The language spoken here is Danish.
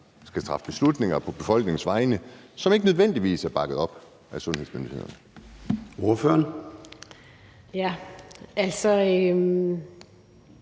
skal træffe beslutninger på befolkningens vegne, som ikke nødvendigvis er bakket op af sundhedsmyndighederne? Kl.